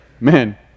man